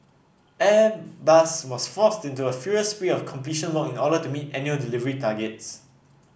Airbus was forced into a furious spree of completion work in order meet annual delivery targets